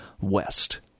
West